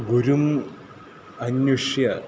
गुरुम् अन्विष्य